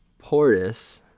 portis